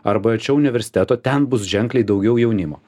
arba arčiau universiteto ten bus ženkliai daugiau jaunimo